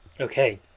okay